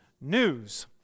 News